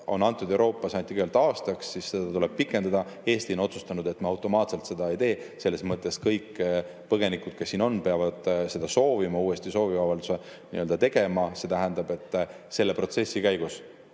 on Euroopas antud aastaks ja seda tuleb pikendada. Eesti on otsustanud, et me automaatselt seda ei tee. Selles mõttes kõik põgenikud, kes siin on, peavad seda soovima, uuesti sooviavalduse tegema. See protsess on juba alanud ja selle protsessi käigus